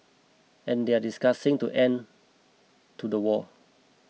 and they are discussing to end to the war